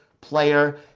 player